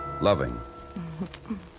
loving